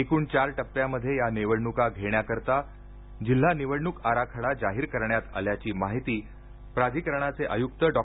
एकूण चार टप्प्यामध्ये या निवडणुका घेण्याकरता जिल्हा निवडणूक आराखडा जाहीर करण्यात आल्याची माहिती प्राधिकरणाचे आयुक्त डॉ